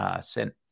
sent